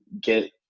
get